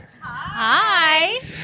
hi